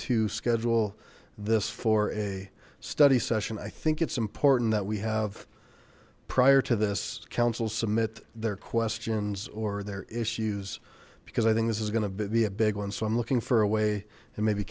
to schedule this for a study session i think it's important that we have prior to this council submit their questions or their issues because i think this is going to be a big one so i'm looking for a way and maybe